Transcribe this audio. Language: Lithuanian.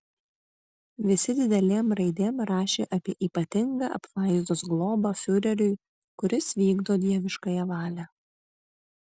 visi didelėm raidėm rašė apie ypatingą apvaizdos globą fiureriui kuris vykdo dieviškąją valią